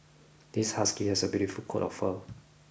this Husky has a beautiful coat of fur